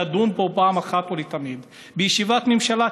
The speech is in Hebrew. תדון בו פעם אחת ולתמיד בישיבת ממשלה,